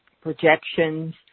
projections